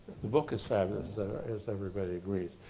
the book is fabulous as everybody reads,